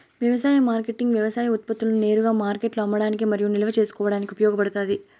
వ్యవసాయ మార్కెటింగ్ వ్యవసాయ ఉత్పత్తులను నేరుగా మార్కెట్లో అమ్మడానికి మరియు నిల్వ చేసుకోవడానికి ఉపయోగపడుతాది